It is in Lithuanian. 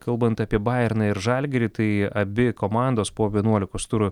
kalbant apie bajerną ir žalgirį tai abi komandos po vienuolikos turų